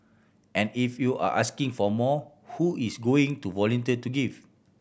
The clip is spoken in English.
and if you are asking for more who is going to volunteer to give